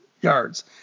yards